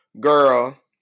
girl